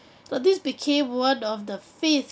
but this became one of the fifth